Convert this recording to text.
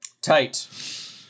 Tight